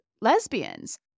lesbians